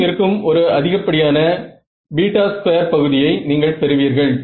எங்கும் இருக்கும் ஒரு அதிகப் படியான 2பகுதியை நீங்கள் பெறுவீர்கள்